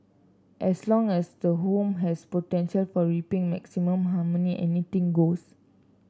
as long as the home has potential for reaping maximum harmony anything goes